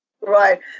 Right